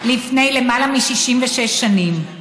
לפני למעלה מ-66 שנים.